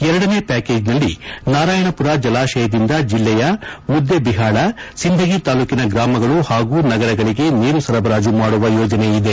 ಎರಡನೇ ಪ್ಯಾಕೇಜ್ನಲ್ಲಿ ನಾರಾಯಣಮರ ಜಲಾಶಯದಿಂದ ಜಿಲ್ಲೆಯ ಮುದ್ದೇಬಿಹಾಳ ಸಿಂಧಗಿ ತಾಲೂಕಿನ ಗ್ರಾಮಗಳು ಹಾಗೂ ನಗರಗಳಿಗೆ ನೀರು ಸರಬರಾಜು ಮಾಡುವ ಯೋಜನೆ ಇದೆ